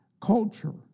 culture